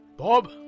Bob